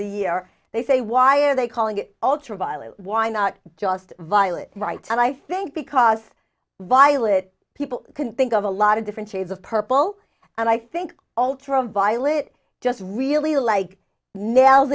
the year they say why are they calling it ultraviolet why not just violet right and i think because violet people can think of a lot of different shades of purple and i think ultraviolet just really like nails